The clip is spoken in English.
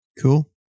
Cool